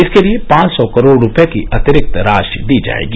इसके लिए पांच सौ करोड़ रुपये की अतिरिक्त राशि दी जाएगी